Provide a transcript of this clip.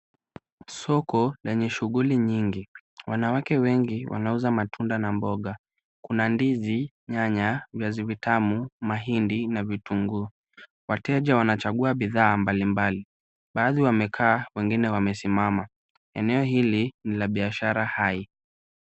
Soko lenye shughuli nyingi, wanawake wengi wanauza matunda na mboga. Kuna ndizi nyanya viazi vitamu mahindi na vitunguu. Wateja wanachagua bidhaa mbalimbali. Baadhi wamekaa, wengine wamesimama. Eneo hili ni la biashara hai.